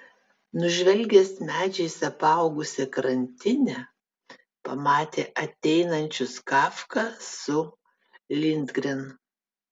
nužvelgęs medžiais apaugusią krantinę pamatė ateinančius kafką su lindgren